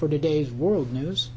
for today's world news